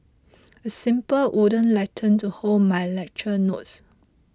a simple wooden lectern to hold my lecture notes